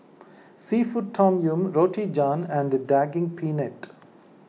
Seafood Tom Yum Roti John and Daging Penyet